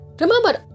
remember